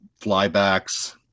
flybacks